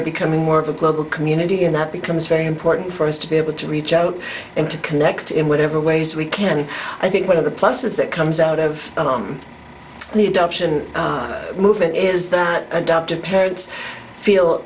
are becoming more of a global community and that becomes very important for us to be able to reach out and to connect in whatever ways we can i think one of the pluses that comes out of the adoption movement is that adoptive parents feel